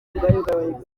rwanda